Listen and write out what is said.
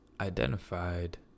identified